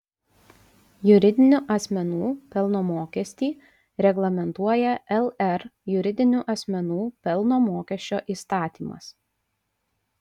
juridinių asmenų pelno mokestį reglamentuoja lr juridinių asmenų pelno mokesčio įstatymas